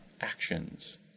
actions